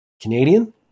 Canadian